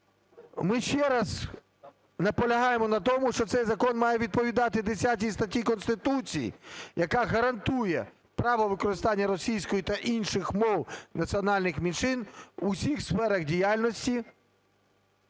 Ми ще раз наполягаємо на тому, що цей закон має відповідати 10 статті Конституції, яка гарантує право використання російської та інших мов національних меншин в усіх сферах діяльності